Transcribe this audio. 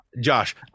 Josh